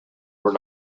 were